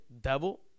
devil